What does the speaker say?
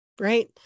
right